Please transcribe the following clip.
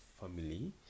family